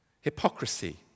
Hypocrisy